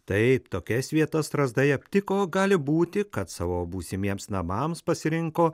taip tokias vietas strazdai aptiko gali būti kad savo būsimiems namams pasirinko